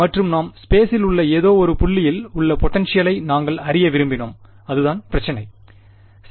மற்றும் நாம் ஸ்பேஸில் space உள்ள ஏதோ ஒரு புள்ளியில் உள்ள பொடென்ஷியலை நாங்கள் அறிய விரும்பினோம் அதுதான் பிரச்சினை சரி